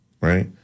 right